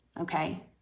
Okay